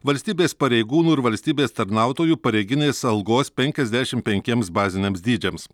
valstybės pareigūnų ir valstybės tarnautojų pareiginės algos penkiasdešim penkiems baziniams dydžiams